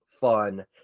fun